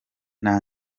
nta